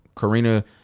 Karina